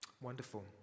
Wonderful